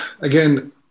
again